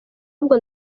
ahubwo